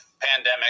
pandemic